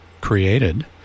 created